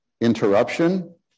interruption